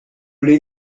les